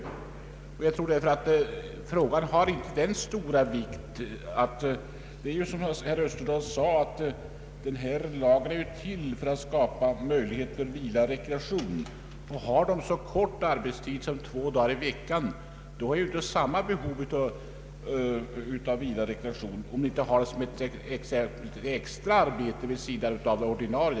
Som herr Österdahl sade är semesterlagen till för att skapa möjligheter till vila och rekreation. Om arbetstiden är så kort som två dagar i veckan, föreligger ju inte samma behov av vila och rekreation, såvida man inte har ett extra arbete vid sidan av det ordinarie.